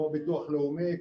כמו ביטוח לאומי,